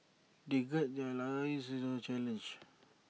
they gird their loins in the challenge